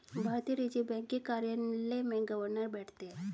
भारतीय Reserve Bank के कार्यालय में गवर्नर बैठते हैं